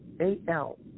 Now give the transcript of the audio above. A-L